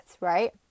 right